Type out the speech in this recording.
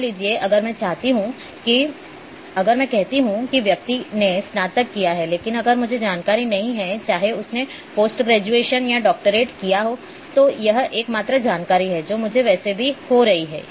मान लीजिए अगर मैं कहता हूं कि व्यक्ति ने स्नातक किया है लेकिन अगर मुझे जानकारी नहीं है चाहे उसने पोस्ट ग्रेजुएशन या डॉक्टरेट किया हो तो यह एकमात्र जानकारी है जो मुझे वैसे भी हो रही है